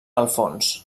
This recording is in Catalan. alfons